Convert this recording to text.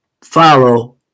follow